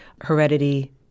heredity